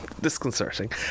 disconcerting